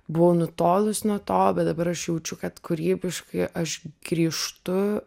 buvau nutolus nuo to bet dabar aš jaučiu kad kūrybiškai aš grįžtu